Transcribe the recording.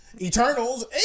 Eternals